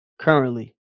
Currently